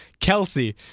Kelsey